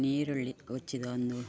ಈರುಳ್ಳಿ ಕೊಚ್ಚಿದ ಒಂದು